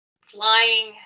flying